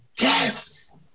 Yes